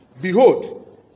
Behold